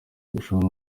gushora